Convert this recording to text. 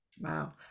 Wow